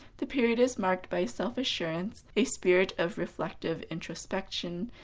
the period is marked by self assurance, a spirit of reflective introspection,